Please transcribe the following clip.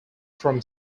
from